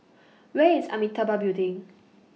Where IS Amitabha Building